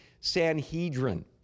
Sanhedrin